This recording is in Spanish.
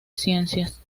ciencias